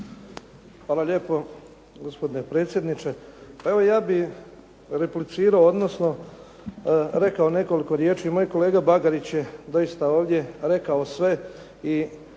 Hvala lijepo gospodine predsjedniče. Pa evo ja bih replicirao, odnosno rekao nekoliko riječi. Moj kolega Bagarić je doista ovdje rekao sve